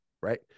Right